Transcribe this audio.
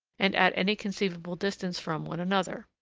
and at any conceivable distance from, one another.